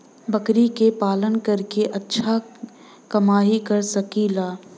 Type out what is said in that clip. बकरी के पालन करके अच्छा कमाई कर सकीं ला?